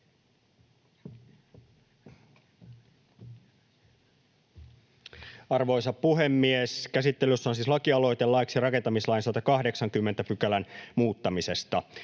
Arvoisa puhemies! Käsittelyssä on siis lakialoite laiksi rakentamislain 17 §:n muuttamisesta.